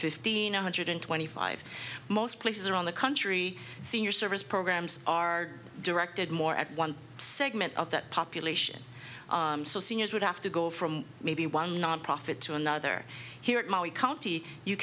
fifteen one hundred twenty five most places around the country senior service programs are directed more at one segment of that population so seniors would have to go from maybe one nonprofit to another here county you